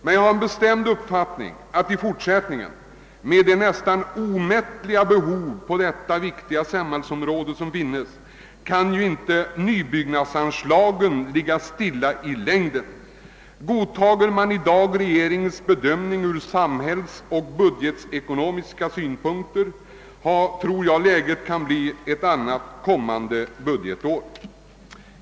Men jag har en bestämd uppfattning att nybyggnadsanslagen i fortsättningen, med de nästan omättliga behoven på detta viktiga samhällsområde, inte kan ligga stilla i längden. Godtar vi i dag regeringens bedömning ur samhällsoch budgetekonomiska synpunkter kan nog läget bli ett annat kommande budgetår.